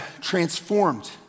transformed